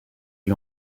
lui